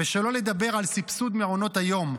ושלא לדבר על סבסוד מעונות היום,